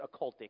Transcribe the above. occultic